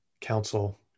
council